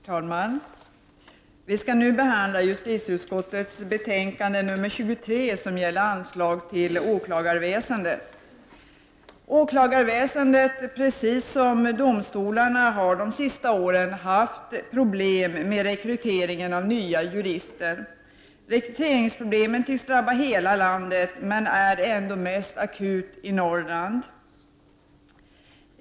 Herr talman! Vi skall nu behandla justiteutskottets betänkande nr 23, som gäller anslag till åklagarväsendet. Precis som domstolarna har åklagarväsendet under de senaste åren haft problem med rekryteringen av nya jurister. Rekryteringsproblemen tycks drabba hela landet men är ändå mest akuta i Norrland.